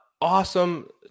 awesome